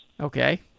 Okay